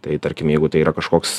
tai tarkim jeigu tai yra kažkoks